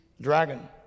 dragon